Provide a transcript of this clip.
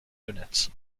units